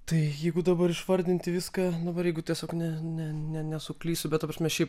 tai jeigu dabar išvardinti viską dabar jeigu tiesiog ne ne ne nesuklysiu bet ta prasme šiaip